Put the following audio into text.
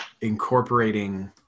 incorporating